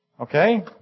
Okay